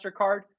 MasterCard